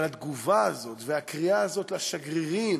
אבל התגובה הזאת והקריאה הזאת לשגרירים,